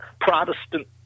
Protestant